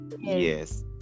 Yes